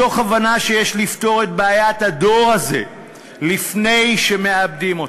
מתוך הבנה שיש לפתור את בעיית הדור הזה לפני שמאבדים אותו.